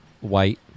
white